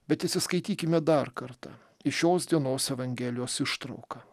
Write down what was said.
bet įsiskaitykime dar kartą į šios dienos evangelijos ištrauką